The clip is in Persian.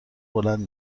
بلند